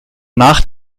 nach